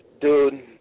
Dude